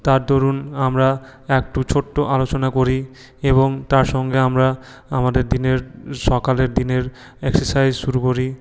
তার দরুন আমরা একটু ছোট্ট আলোচনা করি এবং তার সঙ্গে আমরা আমাদের দিনের সকালের দিনের এক্সারসাইজ শুরু করি